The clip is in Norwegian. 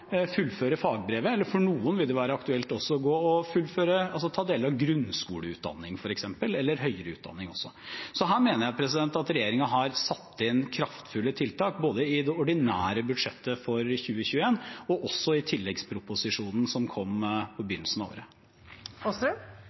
fullføre fagbrevet. For noen vil det også være aktuelt å ta deler av grunnskoleutdanning f.eks., eller også høyere utdanning. Så her mener jeg at regjeringen har satt inn kraftfulle tiltak, både i det ordinære budsjettet for 2021 og også i tilleggsproposisjonen som kom i begynnelsen av året.